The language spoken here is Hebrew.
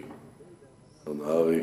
השר נהרי,